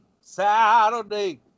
Saturday